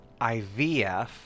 ivf